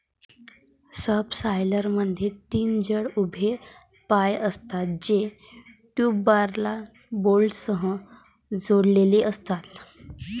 सबसॉयलरमध्ये तीन जड उभ्या पाय असतात, जे टूलबारला बोल्टसह जोडलेले असतात